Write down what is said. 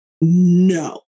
no